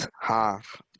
half